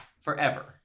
forever